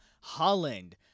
Holland